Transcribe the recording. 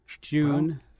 June